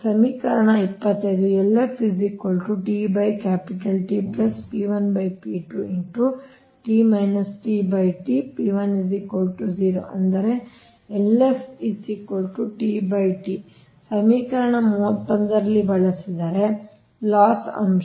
ಸಮೀಕರಣ 25 P1 0 ಅಂದರೆ ಸಮೀಕರಣ 31ರಲ್ಲಿ ಬಳಸಿದರೆ ಲಾಸ್ ಅಂಶ